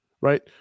Right